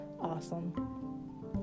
awesome